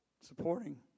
supporting